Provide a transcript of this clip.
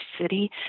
city